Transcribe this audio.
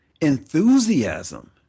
enthusiasm